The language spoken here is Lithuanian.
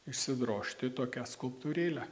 išsidrožti tokią skulptūrėlę